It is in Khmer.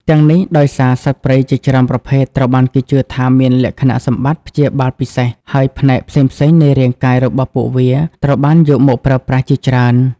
ទាំងនេះដោយសារ សត្វព្រៃជាច្រើនប្រភេទត្រូវបានគេជឿថាមានលក្ខណៈសម្បត្តិព្យាបាលពិសេស ហើយផ្នែកផ្សេងៗនៃរាងកាយរបស់ពួកវាត្រូវបានយកមកប្រើប្រាស់ជាច្រើន។